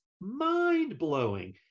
mind-blowing